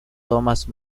thomas